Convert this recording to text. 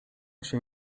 się